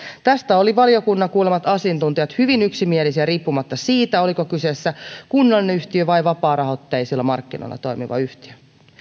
tästä olivat valiokunnan kuulemat asiantuntijat hyvin yksimielisiä riippumatta siitä oliko kyseessä kunnan yhtiö vai vapaarahoitteisilla markkinoilla toimiva yhtiö